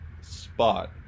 spot